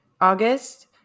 August